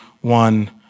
one